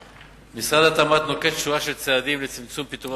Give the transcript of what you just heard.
משרד התמ"ת נוקט שורה של צעדים לצמצום פיטורי